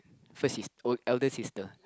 first is old elder sister